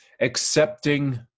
accepting